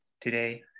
today